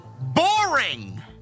boring